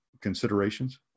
considerations